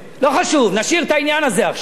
לא חשוב, נשאיר את העניין הזה עכשיו,